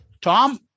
Tom